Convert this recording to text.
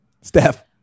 Steph